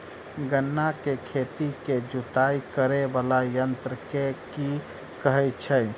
गन्ना केँ खेत केँ जुताई करै वला यंत्र केँ की कहय छै?